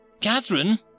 Catherine